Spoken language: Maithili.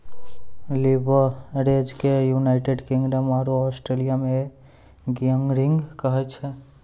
लीवरेज के यूनाइटेड किंगडम आरो ऑस्ट्रलिया मे गियरिंग कहै छै